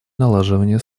налаживания